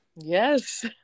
Yes